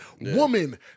woman